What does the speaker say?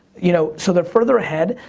you know so, they're further ahead.